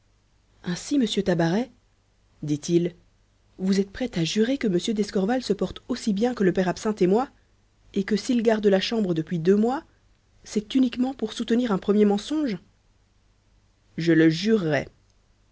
ainsi monsieur tabaret dit-il vous êtes prêt à jurer que m d'escorval se porte aussi bien que le père absinthe et moi et que s'il garde la chambre depuis deux mois c'est uniquement pour soutenir un premier mensonge je le jurerais